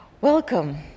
Welcome